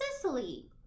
Sicily